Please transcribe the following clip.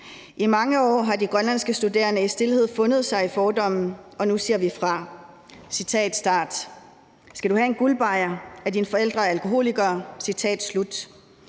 I mange år har de grønlandske studerende i stilhed fundet sig i fordomme, og nu siger vi fra. Skal du have en guldbajer? Er dine forældre alkoholikere? I